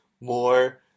more